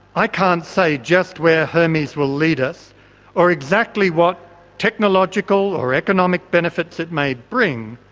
i can't say just where hermes will lead us or exactly what technological or economic benefits it may bring,